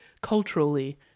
culturally